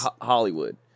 Hollywood